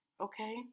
Okay